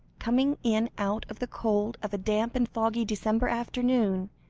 coming in out of the cold of a damp and foggy december afternoon,